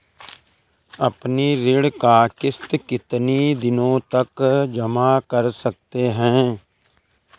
अपनी ऋण का किश्त कितनी दिनों तक जमा कर सकते हैं?